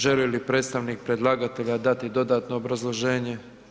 Želi li predstavnik predlagatelja dati dodatno obrazloženje?